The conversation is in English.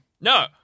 No